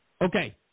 Okay